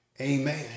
Amen